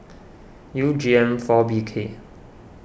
U G M four B K